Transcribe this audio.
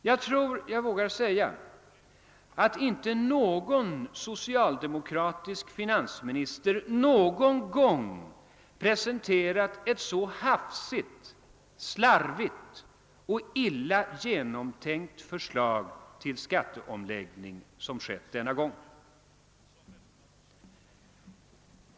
Jag tror jag vågar säga, att ingen socialdemokratisk finansminister någon gång har presenterat ett så hafsigt, slarvigt och illa geaomtänkt förslag till skatteomläggning som skett denna gång.